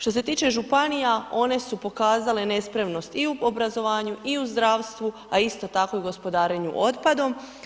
Što se tiče županija, one su pokazale nespremnost i u obrazovanju, i u zdravstvu, a isto tako i u gospodarenju otpadom.